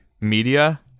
media